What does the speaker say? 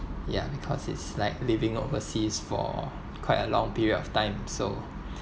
ya because it's like living overseas for quite a long period of time so